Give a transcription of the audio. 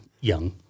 young